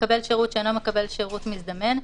למקבל שירות שאינו מקבל שירות מזדמן,